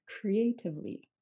creatively